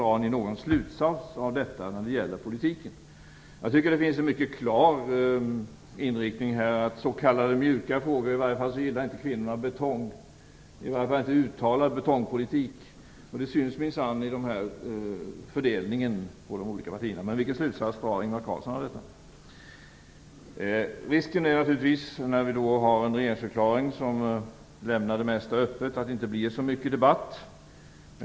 Drar ni någon slutsats av detta när det gäller politiken? Jag tycker att det finns en mycket klar inriktning. Kvinnor gillar inte uttalad betongpolitik. Det syns minsann i den här undersökningen av fördelningen mellan män och kvinnor i de olika partierna. Vilken slutsats drar Ingvar Carlsson av detta? När regeringsförklaringen lämnar det mesta öppet finns det naturligtvis en risk för att det inte blir så mycket debatt.